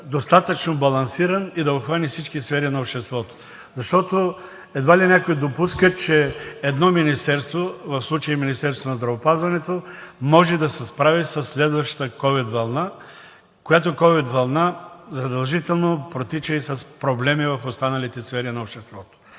достатъчно балансиран и да обхване всички сфери на обществото. Защото едва ли някой допуска, че едно министерство – в случая Министерството на здравеопазването, може да се справи със следващата ковид вълна, която ковид вълна задължително протича и с проблеми в останалите сфери на обществото.